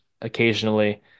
occasionally